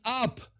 up